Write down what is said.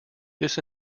this